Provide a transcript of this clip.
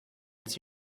its